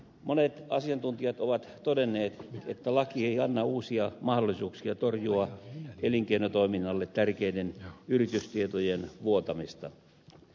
monet asiantuntijat ovat todenneet että laki ei anna uusia mahdollisuuksia torjua elinkeinotoiminnalle tärkeiden yritystietojen vuotamista